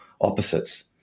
opposites